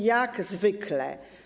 Jak zwykle.